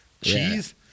cheese